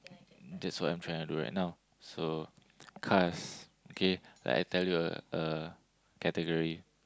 that's what I'm trying to do right now so cars K like I tell you a a category